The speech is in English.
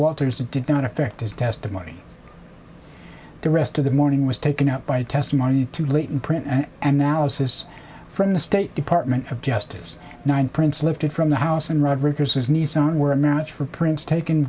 walters that did not affect his testimony the rest of the morning was taken up by testimony too late in print and now says from the state department of justice nine prints lifted from the house and rodriguez's nissan were marriage for prince taken